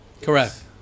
Correct